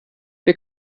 wir